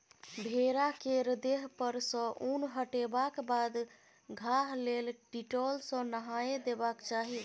भेड़ा केर देह पर सँ उन हटेबाक बाद घाह लेल डिटोल सँ नहाए देबाक चाही